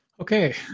Okay